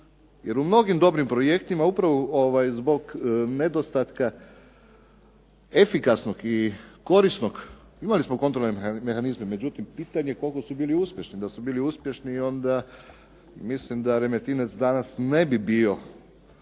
jer u mnogim dobrim projektima upravo zbog nedostatka efikasnog i korisnog. Imali smo kontrolne mehanizme, međutim pitanje koliko su bili uspješni. Da su bili uspješni mislim da onda danas Remetinec